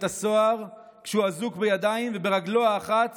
הסוהר כשהוא אזוק בידיים וברגלו האחת